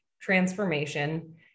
transformation